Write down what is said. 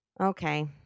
Okay